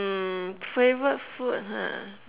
mm favourite food ha